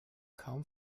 kaum